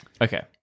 Okay